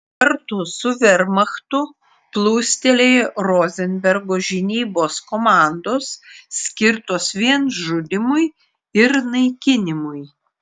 kartu su vermachtu plūstelėjo rozenbergo žinybos komandos skirtos vien žudymui ir naikinimui